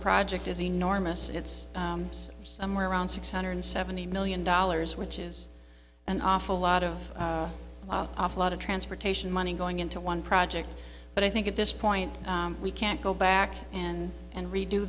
project is enormous it's somewhere around six hundred seventy million dollars which is an awful lot of a lot of transportation money going into one project but i think at this point we can't go back and and redo